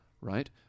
Right